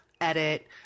edit